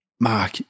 Mark